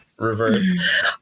reverse